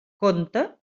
conte